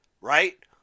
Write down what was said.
right